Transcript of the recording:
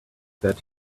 that